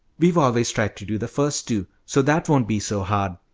we've always tried to do the first two, so that won't be so hard.